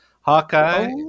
Hawkeye